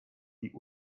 die